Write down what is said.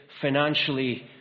financially